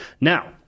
Now